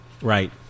Right